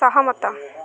ସହମତ